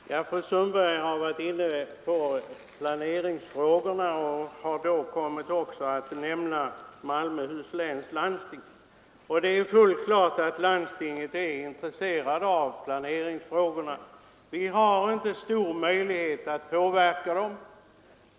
Herr talman! Fru Sundberg har varit inne på planeringsfrågorna och då också kommit att nämna Malmöhus läns landsting. Det är fullt klart att landstingen är intresserade av planeringsfrågorna, men vi har inte stor möjlighet att påverka dem.